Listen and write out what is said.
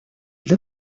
для